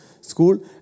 school